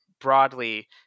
broadly